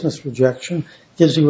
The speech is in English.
ess rejection gives you